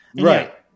Right